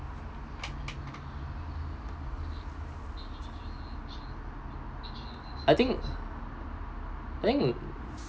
I think I think